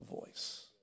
voice